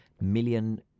million